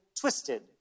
twisted